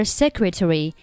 secretary